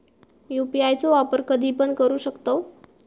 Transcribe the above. UPI चो वापर कधीपण करू शकतव?